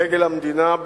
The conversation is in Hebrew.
דגל המדינה,